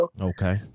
Okay